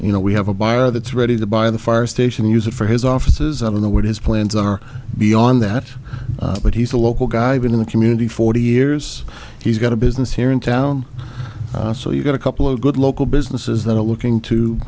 you know we have a buyer that's ready to buy the fire station use it for his offices on the what his plans beyond that but he's a local guy been in the community forty years he's got a business here in town so you've got a couple of good local businesses that are looking to